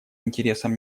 интересам